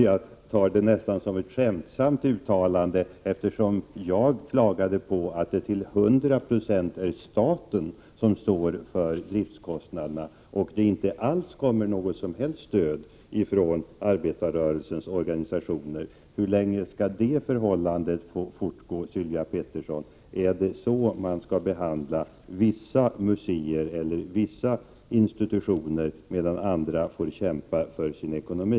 Jag tar detta nästan som ett skämtsamt uttalande, eftersom jag klagade på att det till 100 9? är staten som står för driftkostnaderna och att det inte kommer något som helst stöd från arbetarrörelsens organisationer. Hur länge skall det förhållandet få fortgå, Sylvia Pettersson? Är det så man skall behandla vissa museer eller vissa institutioner, medan andra får kämpa för sin ekonomi?